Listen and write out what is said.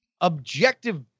objective